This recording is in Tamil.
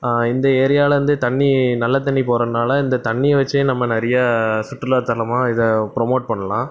இந்த ஏரியாலேந்து தண்ணி நல்ல தண்ணி போகிறனால இந்த தண்ணியை வைச்சே நம்ம நிறையா சுற்றுலாத்தலமாக இதை ப்ரமோட் பண்ணலாம்